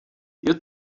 iyo